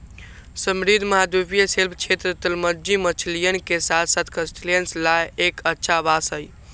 समृद्ध महाद्वीपीय शेल्फ क्षेत्र, तलमज्जी मछलियन के साथसाथ क्रस्टेशियंस ला एक अच्छा आवास हई